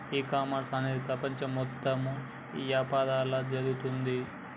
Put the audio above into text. ఈ కామర్స్ అనేది ప్రపంచం మొత్తం యాపారంలా జరుగుతోంది